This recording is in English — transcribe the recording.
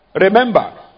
Remember